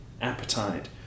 appetite